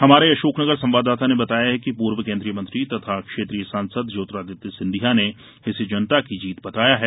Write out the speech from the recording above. हमारे अशोकनगर संवाददाता ने बताया है कि पूर्व केन्द्रीय मंत्री तथा क्षेत्रीय सांसद ज्योतिरादित्य सिंधिया ने इसे जनता की जीत बताया है